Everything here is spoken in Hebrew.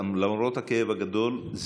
למרות הכאב הגדול,